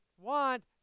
want